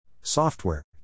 software